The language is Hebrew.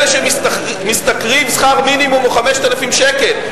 אלה שמשתכרים שכר מינימום או 5,000 שקל.